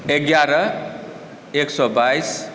एगारह एक सओ बाइस